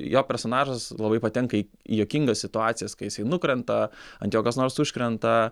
jo personažas labai patenka į juokingas situacijas kai jisai nukrenta ant jo kas nors užkrenta